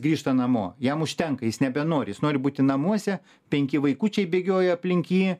grįžta namo jam užtenka jis nebenori jis nori būti namuose penki vaikučiai bėgioja aplink jį